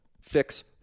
fix